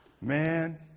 man